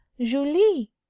julie